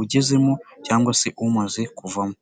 ugezemo cyangwa se umaze kuvamo.